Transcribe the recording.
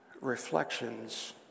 reflections